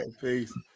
peace